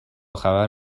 خبر